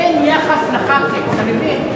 זה יחס לח"כים, אתה מבין?